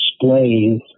displays